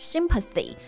Sympathy